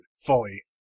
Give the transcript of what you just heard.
fully